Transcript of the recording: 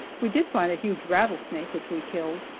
we did find a huge rattlesnake, which we killed.